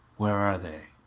where are they?